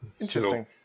Interesting